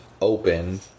open